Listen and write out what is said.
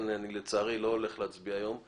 אני לא הולך להצביע היום,